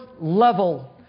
level